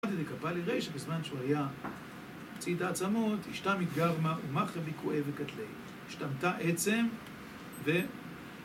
אמרתי לקפאלי רי, שבזמן שהוא היה בצית העצמות, אשתה מתגרמה ומחלה בי כואב וקטלה. השתמתה עצם ו...